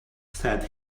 said